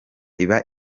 iba